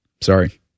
Sorry